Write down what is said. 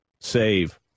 save